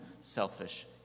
selfish